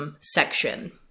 section